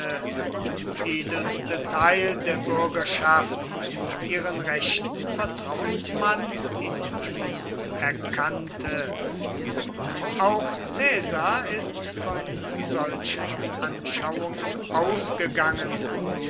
und edelste teil der bürgschaft ihren rechten vertrauensmann in ihm erkannte auch caesar ist von solchen anschauungen ausgegangen